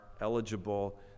eligible